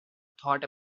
thought